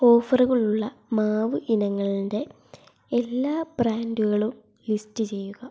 ഓഫറുകളുള്ള മാവ് ഇനങ്ങൾന്റെ എല്ലാ ബ്രാൻഡുകളും ലിസ്റ്റ് ചെയ്യുക